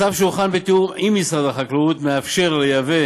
הצו, שהוכן בתיאום עם משרד החקלאות, מאפשר לייבא